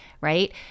right